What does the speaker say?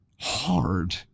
hard